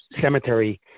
cemetery